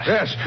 Yes